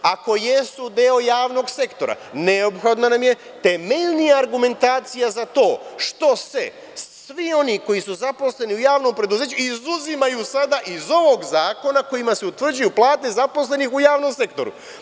Ako jesu deo javnog sektora, neophodna nam je temeljnija argumentacija za to što se svi oni koji su zaposleni u javnom preduzeću izuzimaju sada iz ovog zakona kojim se utvrđuju plate zaposlenih u javnom sektoru.